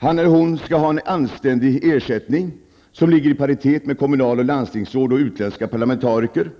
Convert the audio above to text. Han eller hon skall ha en anständig ersättning som ligger i paritet med ersättningen till kommunal och landstingsråd och utländska parlamentariker.